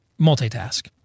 multitask